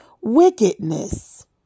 wickedness